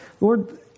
Lord